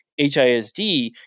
HISD